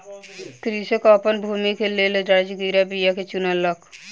कृषक अपन भूमि के लेल राजगिरा बीया के चुनलक